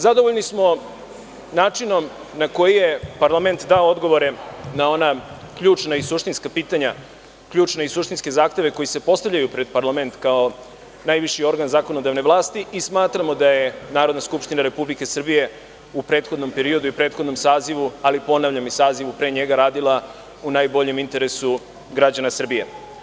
Zadovoljni smo načinom na koji je parlament dao odgovore na ona ključna i suštinska pitanja, ključne i suštinske zahteve koji se postavljaju pred parlament kao najviši organ zakonodavne vlasti i smatramo da je NS RS u prethodnom periodu i prethodnom sazivu, ali ponavljam i sazivu pre njega radila u najboljem interesu građana Srbije.